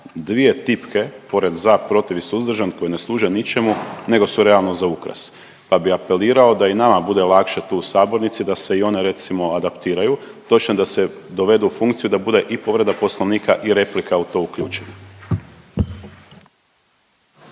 dvije tipke pored za, protiv i suzdržan koje ne služe ničemu nego su realno za ukras. Pa bi apelirao da i nama bude lakše tu u sabornici da se i one recimo adaptiraju, točnije da se dovedu u funkciju da bude i povreda Poslovnika i replika u to uključena.